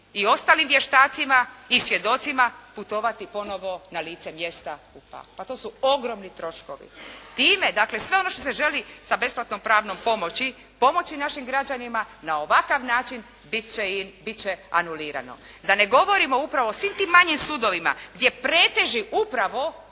i ostalim vještacima i svjedocima putovati ponovo na lice mjesta u Pag. Pa to su ogromni troškovi. Time, dakle sve ono što se želi sa besplatnom pravnom pomoći, pomoći našim građanima na ovakav način bit će anulirano. Da ne govorimo upravo o svim tim manjim sudovima gdje preteži upravo